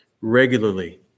regularly